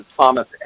Thomas